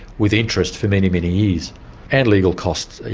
with interest for many, many years. and legal costs, you